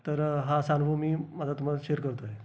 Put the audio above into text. तर हा असा अनुभव मी माझा तुम्हाला शेअर करतो आहे